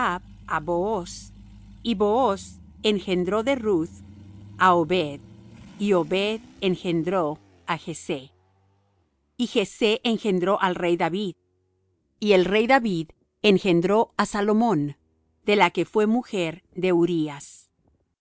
á booz y booz engendró de ruth á obed y obed engendró á jessé y jessé engendró al rey david y el rey david engendró á salomón de la que fué mujer de urías